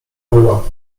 była